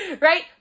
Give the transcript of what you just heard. Right